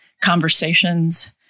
conversations